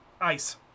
ice